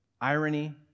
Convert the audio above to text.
irony